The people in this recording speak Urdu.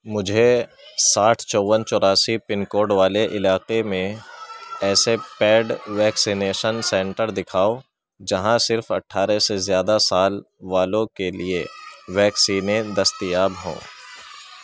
مجھے ساٹھ چوون چوراسی پن کوڈ والے علاقے میں ایسے پیڈ ویکسینیشن سینٹر دکھاؤ جہاں صرف اٹھارہ سے زیادہ سال والوں کے لیے ویکسینیں دستیاب ہوں